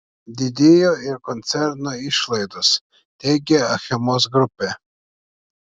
didėjo ir koncerno išlaidos teigia achemos grupė